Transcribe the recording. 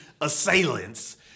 assailants